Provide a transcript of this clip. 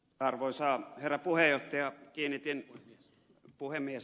arvoisa herra puhemies